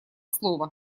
слова